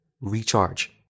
recharge